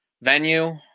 venue